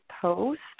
post